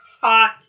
hot